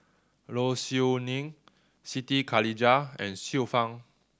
Low Siew Nghee Siti Khalijah and Xiu Fang